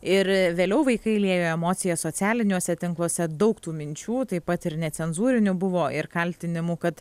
ir vėliau vaikai liejo emocijas socialiniuose tinkluose daug tų minčių taip pat ir necenzūrinių buvo ir kaltinimų kad